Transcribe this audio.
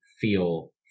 feel